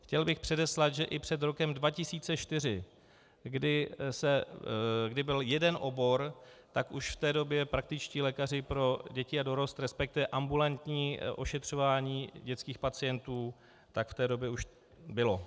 Chtěl bych předeslat, že i před rokem 2004, kdy byl jeden obor, tak už v té době praktičtí lékaři pro děti a dorost, respektive ambulantní ošetřování dětských pacientů, tak v té době už bylo.